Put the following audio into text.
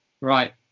Right